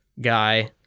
guy